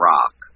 Rock